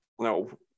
No